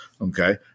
Okay